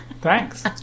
Thanks